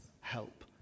help